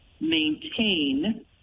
maintain